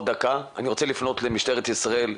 אני רוצה לפנות למשטרת ישראל,